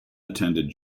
attended